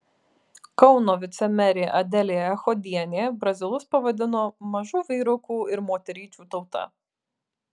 kauno vicemerė adelė echodienė brazilus pavadino mažų vyrukų ir moteryčių tauta